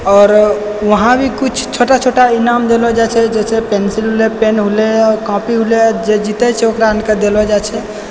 आओर वहाँ भी कुछ छोटा छोटा ईनाम देलौ जाइत छै जैसे पेन्सिल होलय पेन होलय आओर कॉपी होलय आओर जे जीतय छै ओकरा अओरके देलो जाइत छै